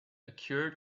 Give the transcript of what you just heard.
occurred